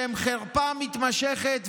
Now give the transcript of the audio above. שהם חרפה מתמשכת.